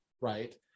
Right